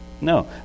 No